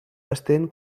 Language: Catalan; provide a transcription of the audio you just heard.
estén